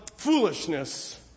Foolishness